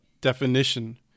definition